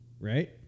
Right